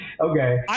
okay